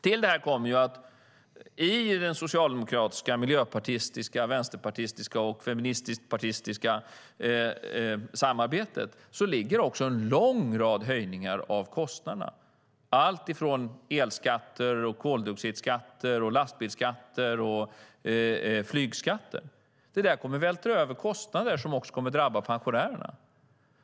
Till detta kommer också att i det socialdemokratiska, miljöpartistiska, vänsterpartistiska och feministpartistiska samarbetet ligger en lång rad höjningar av kostnaderna. Det handlar om elskatter, koldioxidskatter, lastbilsskatter och flygskatter. Detta kommer att vältra över kostnader som också kommer att drabba pensionärerna.